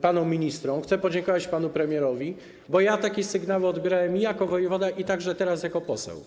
panom ministrom, chcę podziękować panu premierowi, bo takie sygnały odbierałem i jako wojewoda, i także teraz jako poseł.